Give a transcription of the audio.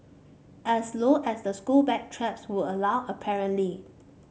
as low as the school bag straps would allow apparently